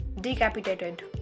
decapitated